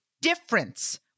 difference